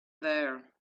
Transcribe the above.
there